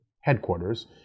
headquarters